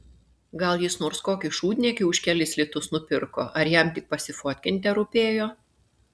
gal jis nors kokį šūdniekį už kelis litus nupirko ar jam tik pasifotkint terūpėjo